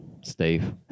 Steve